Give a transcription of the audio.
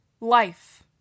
life